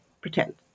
pretend